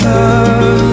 Love